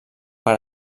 per